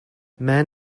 man